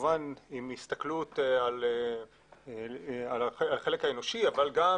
כמובן עם הסתכלות על החלק האנושי, אבל גם